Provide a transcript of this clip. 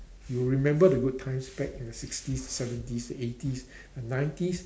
you remember the good times back in the sixties seventies the eighties and nineties